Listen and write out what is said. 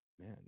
Man